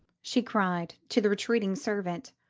she cried to the retreating servant,